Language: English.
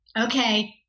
okay